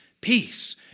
peace